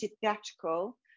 theatrical